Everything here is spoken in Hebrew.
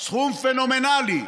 סכום פנומנלי,